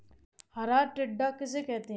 हरा टिड्डा किसे कहते हैं?